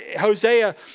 Hosea